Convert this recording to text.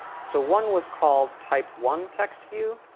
so one was called type one text view,